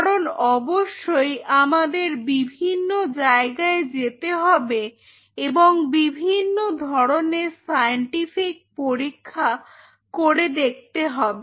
কারণ অবশ্যই আমাদের বিভিন্ন জায়গায় যেতে হবে এবং বিভিন্ন ধরনের সাইন্টিফিক পরীক্ষা করে দেখতে হবে